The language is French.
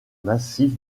massif